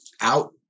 out